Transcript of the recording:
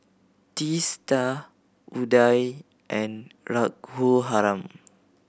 Teesta Udai and Raghuram